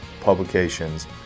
publications